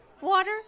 Water